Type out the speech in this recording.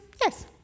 yes